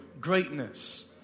greatness